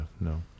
No